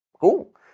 Cool